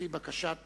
לפי בקשת